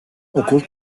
okul